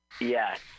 Yes